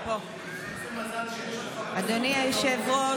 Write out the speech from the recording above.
אדוני היושב-ראש,